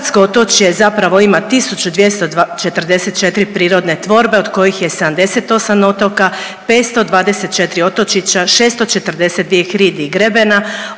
Hrvatsko otočje zapravo ima 1244 prirodne tvorbe od kojih je 78 otoka, 524 otočića, 642 hridi i grebena.